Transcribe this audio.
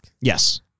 Yes